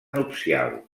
nupcial